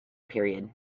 period